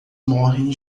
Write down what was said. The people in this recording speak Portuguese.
morrem